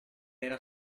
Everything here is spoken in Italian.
era